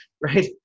right